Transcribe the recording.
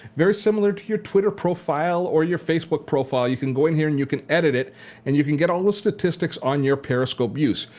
very similar to your twitter profile or your facebook profile, you can go in here and you can edit it and you can get all the statistics on your periscope views.